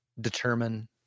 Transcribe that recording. determine